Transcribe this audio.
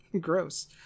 gross